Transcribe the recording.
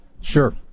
Sure